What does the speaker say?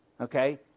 Okay